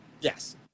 Yes